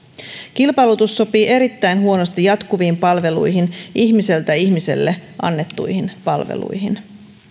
kilpailutus sopii erittäin huonosti jatkuviin palveluihin ihmiseltä ihmiselle annettuihin palveluihin